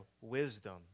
wisdom